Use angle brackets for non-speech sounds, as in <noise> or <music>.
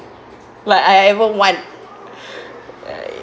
like I ever want <breath>